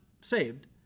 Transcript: saved